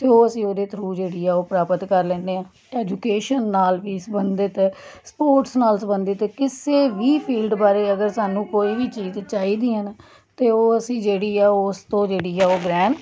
ਅਤੇ ਉਹ ਅਸੀਂ ਉਹਦੇ ਥਰੂ ਜਿਹੜੀ ਆ ਉਹ ਪ੍ਰਾਪਤ ਕਰ ਲੈਂਦੇ ਹਾਂ ਐਜੂਕੇਸ਼ਨ ਨਾਲ ਵੀ ਸੰਬੰਧਿਤ ਸਪੋਰਟਸ ਨਾਲ ਸੰਬੰਧਿਤ ਕਿਸੇ ਵੀ ਫੀਲਡ ਬਾਰੇ ਅਗਰ ਸਾਨੂੰ ਕੋਈ ਵੀ ਚੀਜ਼ ਚਾਹੀਦੀ ਹੈ ਨਾ ਤਾਂ ਉਹ ਅਸੀਂ ਜਿਹੜੀ ਆ ਉਸ ਤੋਂ ਜਿਹੜੀ ਹੈ ਉਹ ਗ੍ਰਹਿਣ